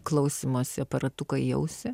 klausymosi aparatuką į ausį